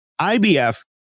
IBF